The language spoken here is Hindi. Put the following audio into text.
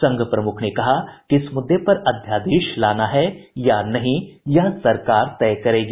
संघ प्रमुख ने कहा कि इस मुद्दे पर अध्यादेश लाना है या नहीं यह सरकार तय करेगी